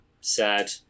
Sad